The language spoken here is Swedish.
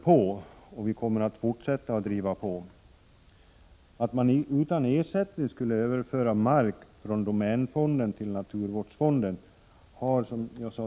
Som jag vid flera tillfällen tidigare har sagt tror jag inte att man utan ersättning skulle kunna överföra mark från domänfonden till naturvårdsfonden.